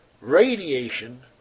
radiation